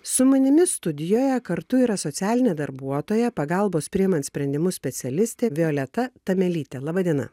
su manimi studijoje kartu yra socialinė darbuotoja pagalbos priimant sprendimus specialistė violeta tamelytė laba diena